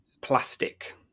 plastic